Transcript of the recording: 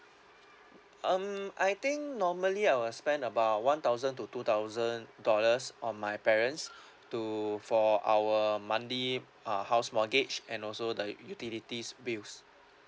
um I think normally I will spend about one thousand to two thousand dollars on my parents to for our monthly uh house mortgage and also the utilities bills